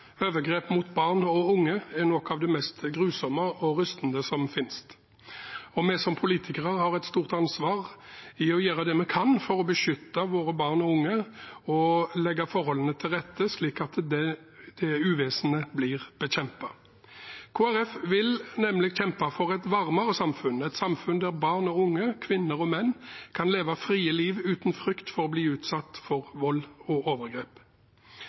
vi som politikere har et stort ansvar for å gjøre det vi kan for å beskytte våre barn og unge og legge forholdene til rette, slik at det uvesenet blir bekjempet. Kristelig Folkeparti vil nemlig kjempe for et varmere samfunn, et samfunn der barn og unge, kvinner og menn, kan leve frie liv uten frykt for å bli utsatt for vold og overgrep.